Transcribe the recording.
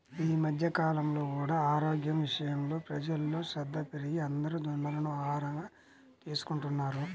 ఈ మధ్య కాలంలో కూడా ఆరోగ్యం విషయంలో ప్రజల్లో శ్రద్ధ పెరిగి అందరూ జొన్నలను ఆహారంగా తీసుకుంటున్నారు